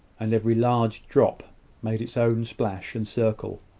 and every large drop made its own splash and circle.